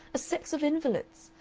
a sex of invalids.